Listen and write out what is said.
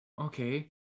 okay